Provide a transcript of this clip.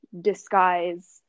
disguise